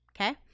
okay